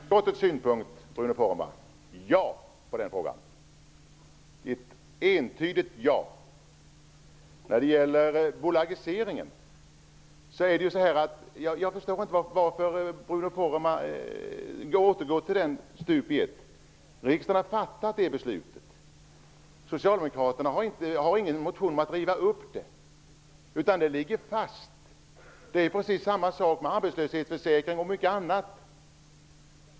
Fru talman! Sett ur skatteutskottets synpunkt kan jag svara ett entydigt ''ja'' på den frågan, Bruno Jag förstår inte varför Bruno Poromaa återgår till bolagiseringen stup i ett. Riksdagen har fattat det beslutet. Socialdemokraterna har ingen motion om att riva upp det. Det ligger fast. Det är precis samma sak som med arbetslöshetsförsäkringen och mycket annat.